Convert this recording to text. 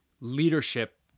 leadership